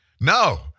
no